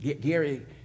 Gary